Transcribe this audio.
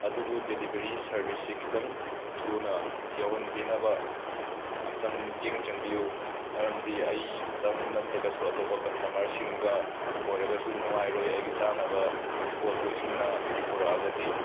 ꯑꯗꯨꯕꯨ ꯗꯦꯂꯤꯕꯔꯤ ꯁꯔꯕꯤꯁꯁꯤ ꯈꯤꯠꯇꯪ ꯊꯨꯅ ꯌꯧꯍꯟꯕꯤꯅꯕ ꯑꯝꯇꯪ ꯃꯤꯠꯌꯦꯡ ꯆꯪꯕꯤꯌꯨ ꯃꯔꯝꯗꯤ ꯑꯩ ꯈꯇꯪ ꯅꯠꯇ꯭ꯔꯒꯁꯨ ꯑꯇꯣꯞꯄ ꯀꯁꯇꯃꯔꯁꯤꯡꯒ ꯑꯣꯏꯔꯒꯁꯨ ꯅꯨꯡꯉꯥꯏꯔꯣꯏ ꯑꯩꯒꯤ ꯆꯥꯅꯕ ꯄꯣꯠꯇꯨ ꯏꯪꯅ ꯄꯨꯔꯛꯑꯒꯗꯤ